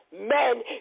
Men